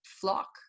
flock